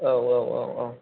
औ औ औ औ